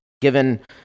given